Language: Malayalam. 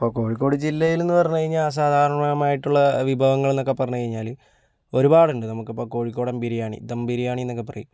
ഇപ്പോൾ കോഴിക്കോട് ജില്ലയിൽ എന്ന് പറഞ്ഞു കഴിഞ്ഞാൽ സാധാരണമായിട്ടുള്ള വിഭവങ്ങൾ എന്നൊക്കെ പറഞ്ഞു കഴിഞ്ഞാൽ ഒരുപാടുണ്ട് നമുക്കിപ്പോൾ കോഴിക്കോടൻ ബിരിയാണി ദം ബിരിയാണി എന്നൊക്കെ പറയും